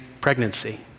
pregnancy